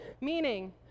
meaning